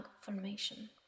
formation